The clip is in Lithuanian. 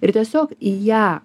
ir tiesiog į ją